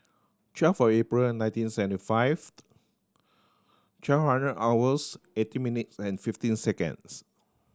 twelve April and nineteen seventy five twelve hundred hours eighteen minutes and fifteen seconds